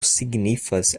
signifas